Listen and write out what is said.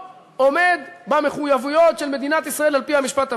עומד במחויבויות של מדינת ישראל על-פי המשפט הבין-לאומי.